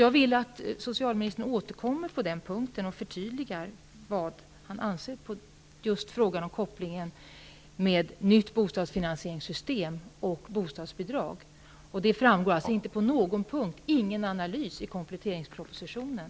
Jag vill att socialministern återkommer på den punkten och förtydligar vad han anser om just kopplingen mellan ett nytt bostadsfinansieringssystem och bostadsbidrag. Någon sådan analys finns inte i kompletteringspropositionen.